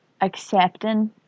accepting